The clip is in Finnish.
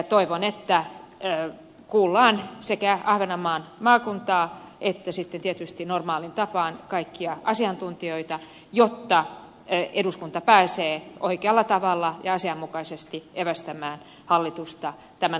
toivon että kuullaan sekä ahvenanmaan maakuntaa että tietysti normaaliin tapaan kaikkia asiantuntijoita jotta eduskunta pääsee oikealla tavalla ja asianmukaisesti evästämään hallitusta tämän asian käsittelyssä